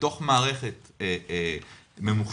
בתוך מערכת ממוחשבת.